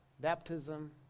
Baptism